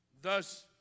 Thus